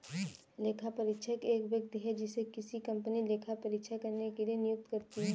लेखापरीक्षक एक व्यक्ति है जिसे किसी कंपनी लेखा परीक्षा करने के लिए नियुक्त करती है